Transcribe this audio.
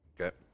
Okay